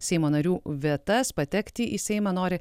seimo narių vietas patekti į seimą nori